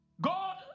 God